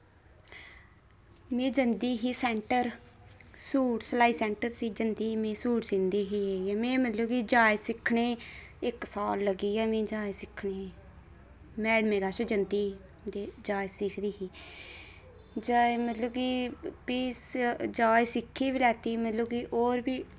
में जंदी ही सैंटर सूट सलाई सैंटर जंदी ही में सूट सींदी ही इ'यै में मतलब कि जाच सिक्खने इक साल लग्गेआ मी जाच सिक्खने मैडमै कश जंदी ही ते जाच सिखदी ही जाच मतलब कि फ्ही जाच सिक्खी बी लैती मतलब कि और बी